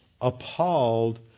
appalled